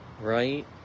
Right